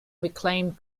reclaimed